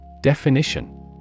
Definition